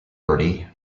bertie